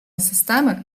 системи